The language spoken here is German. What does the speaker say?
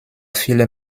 viele